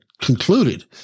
concluded